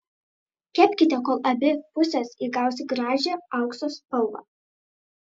kepkite kol abi pusės įgaus gražią aukso spalvą